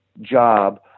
job